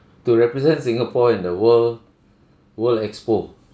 to represent singapore in the world world expo